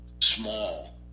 small